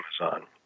Amazon